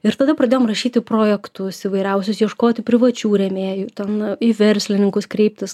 ir tada pradėjom rašyti projektus įvairiausius ieškoti privačių rėmėjų ten į verslininkus kreiptis